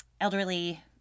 elderly